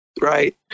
Right